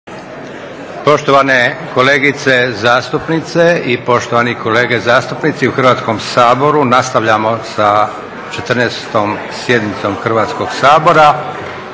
Poštovane kolegice zastupnice i poštovani kolege zastupnici u Hrvatskom saboru, nastavljamo sa 14. sjednicom Hrvatskoga sabora